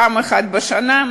פעם אחת בשנה,